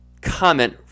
comment